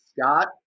Scott